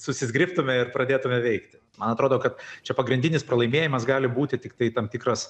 susizgribtume ir pradėtume veikti man atrodo kad čia pagrindinis pralaimėjimas gali būti tiktai tam tikras